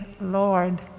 Lord